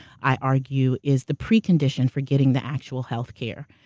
i argue, is the pre-condition for getting the actual healthcare.